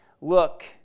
look